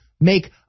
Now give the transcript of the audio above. make